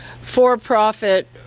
for-profit